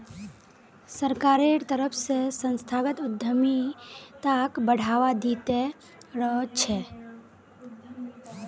सरकारेर तरफ स संस्थागत उद्यमिताक बढ़ावा दी त रह छेक